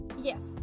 Yes